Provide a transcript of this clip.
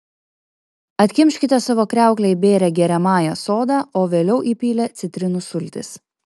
atkimškite savo kriauklę įbėrę geriamąją soda o vėliau įpylę citrinų sultis